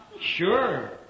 Sure